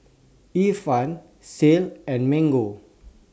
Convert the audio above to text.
Ifan Shell and Mango